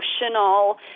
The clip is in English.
emotional